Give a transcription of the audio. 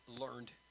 learned